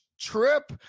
trip